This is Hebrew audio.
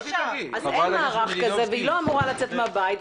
אין מערך כזה והיא לא אמורה לצאת מהבית,